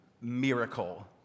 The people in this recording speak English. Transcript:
miracle